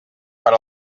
per